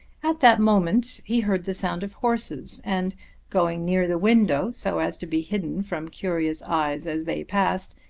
at that moment he heard the sound of horses, and going near the window, so as to be hidden from curious eyes as they passed,